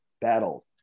battles